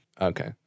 Okay